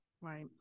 Right